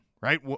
right